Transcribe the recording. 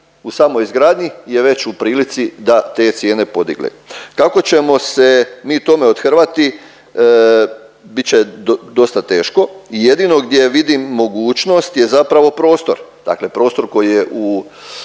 u samoj izgradnji je već u prilici da te cijene podigne. Kako ćemo se mi tome othrvati, bit će dosta teško i jedino gdje vidim mogućnost je zapravo prostor. Dakle prostor koji je u, koji